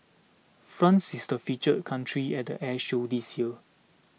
France is the feature country at the air show this year